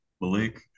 Malik